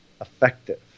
effective